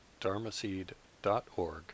dharmaseed.org